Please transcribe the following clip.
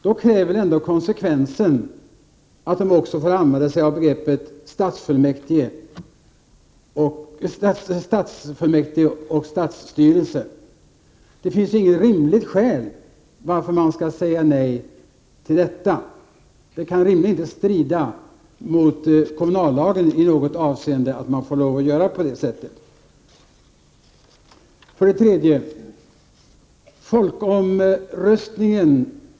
Då kräver ändå konsekvensen att de även får använda sig av begreppet stadsfullmäktige och stadsstyrelse. Det finns ju inte något rimligt skäl till att man skall säga nej till detta. Det kan rimligen inte i något avseende strida mot kommunallagen.